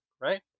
Right